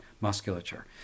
musculature